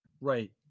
right